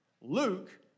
Luke